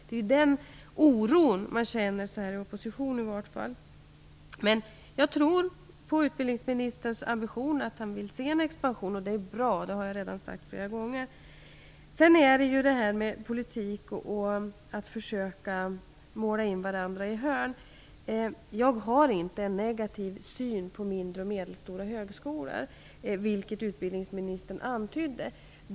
Det är ju den oro som man känner, i varje fall när man befinner sig i opposition. Men jag tror på utbildningsministerns ambition, att han vill se en expansion. Det är bra, och det har jag redan sagt flera gånger. När det sedan gäller detta med politik och att försöka att måla in varandra i ett hörn har jag inte en negativ syn på mindre och medelstora högskolor, vilket utbildningsministern antydde.